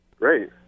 Great